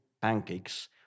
pancakes